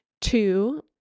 two